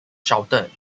shouted